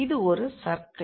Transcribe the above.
இது ஒரு சர்க்கிள்